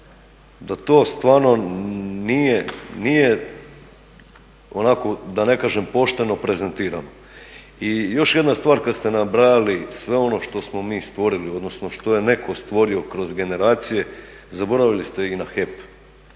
da to stvarno nije onako da ne kažem pošteno prezentirano. I još jedna stvar kada ste nabrajali sve ono što smo mi stvorili, odnosno što je netko stvorio kroz generacije zaboravili ste i na HEP.